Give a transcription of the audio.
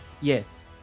yes